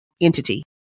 entity